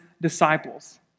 disciples